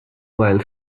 while